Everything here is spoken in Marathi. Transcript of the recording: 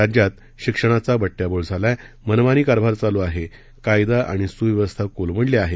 राज्यात शिक्षणाचा बड्टयाबोळ झाला आहे मनमानी कारभार चालू आहे कायदा आणि सुव्यवस्था कोलमड्ली आहे